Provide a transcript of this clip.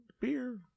Beer